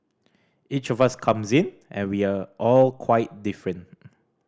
each of us comes in and we are all quite different